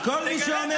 אלמוג כהן?